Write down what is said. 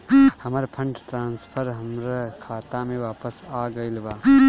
हमर fund transfer हमर खाता में वापस आ गईल बा